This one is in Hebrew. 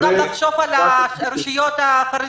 אתה צריך גם לחשוב על הרשויות החרדיות,